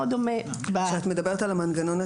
כשאת מדברת על המנגנון,